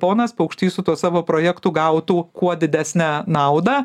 ponas paukštys su tuo savo projektu gautų kuo didesnę naudą